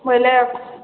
ବୋଇଲେ